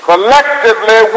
Collectively